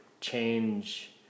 change